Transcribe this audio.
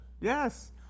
Yes